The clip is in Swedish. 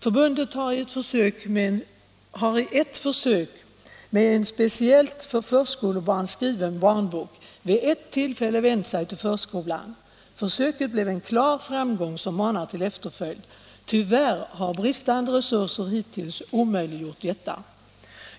Förbundet har i ett försök med en speciellt för förskolebarn skriven barnbok vid ett tillfälle vänt sig till förskolan. Försöket blev en klar framgång, som manar till efterföljd. Tyvärr har bristande resurser hittills omöjliggjort detta.